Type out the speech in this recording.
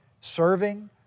serving